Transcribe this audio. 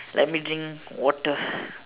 let me drink water